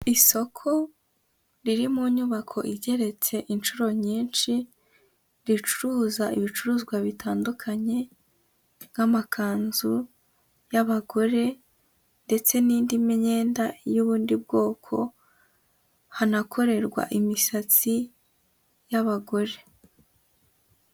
Isoko riri mu nyubako igeretse inshuro nyinshi, ricuruza ibicuruzwa bitandukanye nk'amakanzu y'abagore ndetse n'indi myenda y'ubundi bwoko, hanakorerwa imisatsi y'abagore.